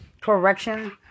correction